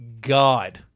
God